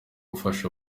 gufasha